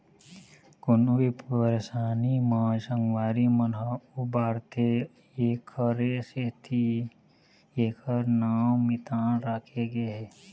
कोनो भी परसानी म संगवारी मन ह उबारथे एखरे सेती एखर नांव मितान राखे गे हे